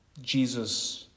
Jesus